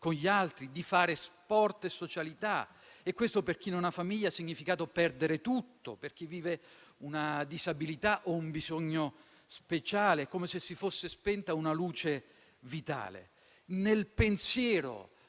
con gli altri, di fare sport e socialità e questo per chi non ha famiglia ha significato perdere tutto, per chi vive una disabilità o un bisogno speciale è come se si fosse spenta una luce vitale. Nel pensiero